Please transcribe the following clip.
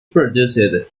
produced